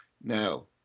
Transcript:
Now